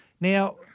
Now